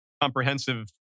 comprehensive